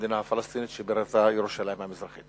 המדינה הפלסטינית שבירתה ירושלים המזרחית.